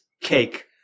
cake